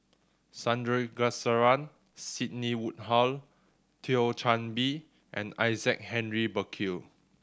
Sandrasegaran Sidney Woodhull Thio Chan Bee and Isaac Henry Burkill